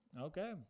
Okay